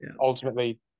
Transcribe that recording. Ultimately